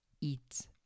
eat